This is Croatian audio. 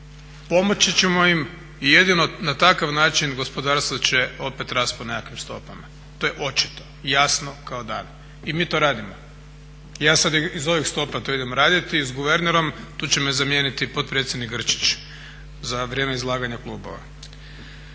Pomoći ćemo im i jedino na takav način gospodarstvo će opet rasti po nekakvim stopama, to je očito i jasno kao dan. I mi to radimo. Ja sad iz ovih stopa to idem raditi s guvernerom, tu će me zamijeniti potpredsjednik Grčić za vrijeme izlaganja klubova.